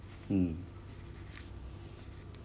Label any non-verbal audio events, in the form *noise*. mm *breath*